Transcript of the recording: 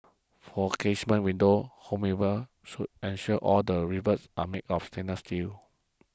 for casement windows homeowners should ensure all that rivets are made of stainless steel